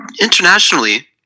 Internationally